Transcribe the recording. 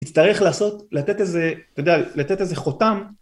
יצטרך לעשות, לתת איזה, אתה יודע, לתת איזה חותם.